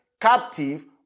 Captive